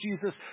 Jesus